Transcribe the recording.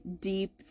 deep